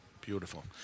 Beautiful